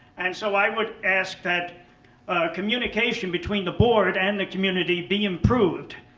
and so i would ask that communication between the board and the community be improved.